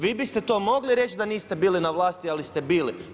Vi biste to mogli reći da niste bili na vlasti, ali ste bili.